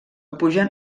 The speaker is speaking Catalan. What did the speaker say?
pugen